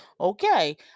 okay